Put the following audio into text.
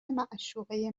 معشوقه